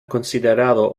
considerado